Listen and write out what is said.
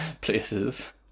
places